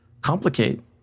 complicate